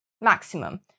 maximum